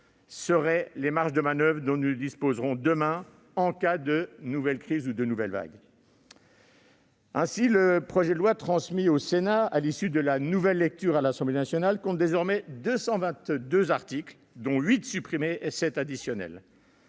seront les marges de manoeuvre dont nous disposerons demain en cas de nouvelle crise ou de nouvelle vague. Le projet de loi transmis au Sénat à l'issue de la nouvelle lecture à l'Assemblée nationale compte désormais 222 articles, dont 8 supprimés et 7 additionnels.